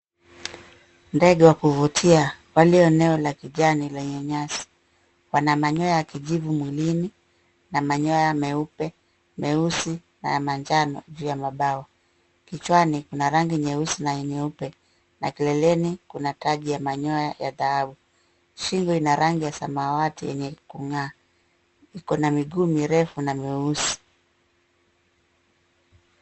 Ndege wa kuvutia, waliyo na kijani iliyo kama nyasi. Wana manyoya ya kijivu mwilini, na manyoya meupe, meusi, na ya manjano kwenye mabawa. Kichwani kuna rangi nyeusi na nyeupe, na kileleni kuna taji ya manyoya ya rangi ya dhahabu. Shingo ina rangi ya samawati inayong’aa. Ikona miguu mirefu na meusi.